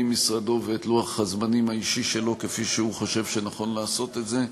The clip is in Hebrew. משרדו ואת לוח-הזמנים האישי שלו כפי שהוא חושב שנכון לעשות את זה.